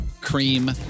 cream